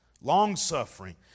long-suffering